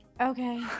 Okay